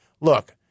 Look